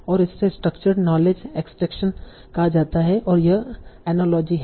और इसे structured knowledge extraction कहा जाता है और यह एनालोगी है